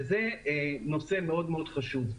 וזה נושא מאוד מאוד חשוב.